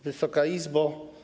Wysoka Izbo!